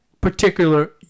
Particular